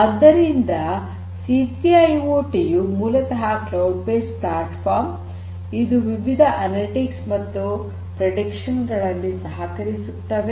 ಆದ್ದರಿಂದ ಸಿ೩ ಐಓಟಿ ಯು ಮೂಲತಃ ಕ್ಲೌಡ್ ಬೇಸ್ಡ್ ಪ್ಲಾಟ್ಫಾರ್ಮ್ ಇದು ವಿವಿಧ ಅನಲಿಟಿಕ್ಸ್ ಮತ್ತು ಪ್ರೆಡಿಕ್ಷನ್ ಗಳಲ್ಲಿ ಸಹಕರಿಸುತ್ತದೆ